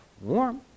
warm